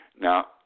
Now